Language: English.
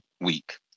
week